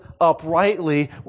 uprightly